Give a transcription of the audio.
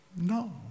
No